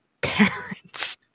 parents